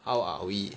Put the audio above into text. how are we